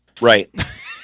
Right